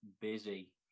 busy